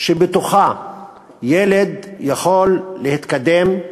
שבתוכה ילד יכול להתקדם.